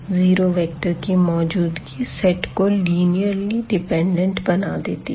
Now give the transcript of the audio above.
zero vector की मौजूदगी set को लिनिर्ली डिपेंडेंट बना देती है